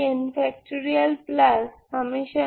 m1 1mx22mm